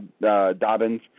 Dobbins